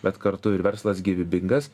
bet kartu ir verslas gyvybingas